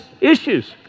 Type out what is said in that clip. issues